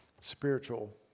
spiritual